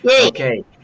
okay